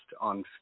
on